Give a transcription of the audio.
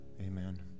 amen